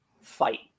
fight